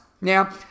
Now